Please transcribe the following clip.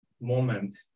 moment